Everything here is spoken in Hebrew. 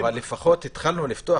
אבל לפחות התחלנו לפתוח.